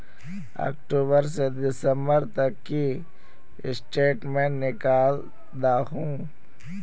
अक्टूबर से दिसंबर तक की स्टेटमेंट निकल दाहू?